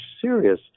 serious